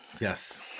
Yes